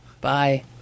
Bye